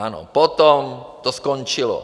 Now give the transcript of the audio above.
Ano, potom to skončilo.